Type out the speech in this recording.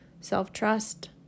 self-trust